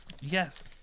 Yes